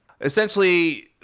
Essentially